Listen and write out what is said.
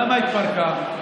למה התפרקה?